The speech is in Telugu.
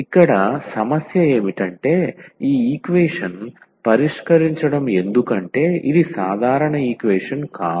ఇక్కడ సమస్య ఏమిటంటే ఈ ఈక్వేషన్ పరిష్కరించడం ఎందుకంటే ఇది సాధారణ ఈక్వేషన్ కాదు